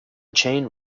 chain